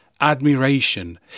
admiration